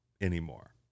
anymore